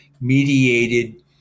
mediated